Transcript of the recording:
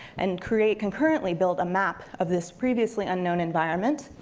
and create, concurrently build a map of this previously unknown environment,